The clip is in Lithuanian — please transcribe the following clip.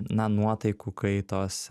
na nuotaikų kaitos